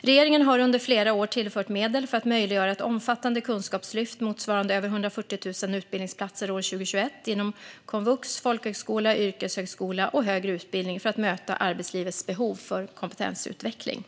Regeringen har under flera år tillfört medel för att möjliggöra ett omfattande kunskapslyft motsvarande över 140 000 utbildningsplatser år 2021 inom komvux, folkhögskola, yrkeshögskola och högre utbildning för att möta arbetslivets behov av kompetensutveckling.